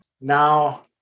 Now